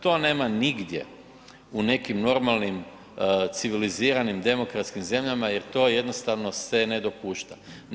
To nema nigdje u nekim normalnim civiliziranim demokratskim zemljama jer to jednostavno se ne dopušta.